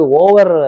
over